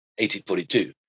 1842